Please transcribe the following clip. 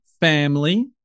family